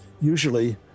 usually